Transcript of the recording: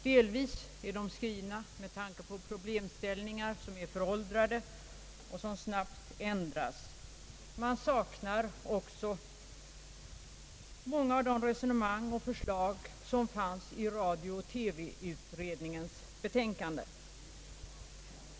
Delvis är de skrivna med tanke på problemställningar som är föråldrade och som snabbt ändras. Man saknar också många av de resonemang och förslag som fanns i radiooch TV-utredningens betänkande.